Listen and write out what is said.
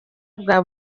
bwa